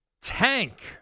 tank